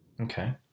okay